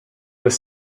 was